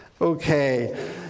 Okay